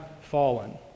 fallen